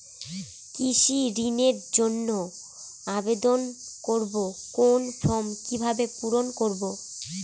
কৃষি ঋণের জন্য আবেদন করব কোন ফর্ম কিভাবে পূরণ করব?